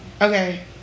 Okay